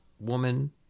woman